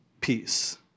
peace